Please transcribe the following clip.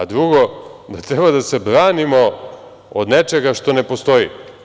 Drugo, da treba da se branimo od nečega što ne postoji.